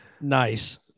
nice